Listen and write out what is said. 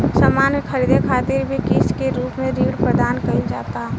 सामान के ख़रीदे खातिर भी किस्त के रूप में ऋण प्रदान कईल जाता